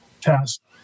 test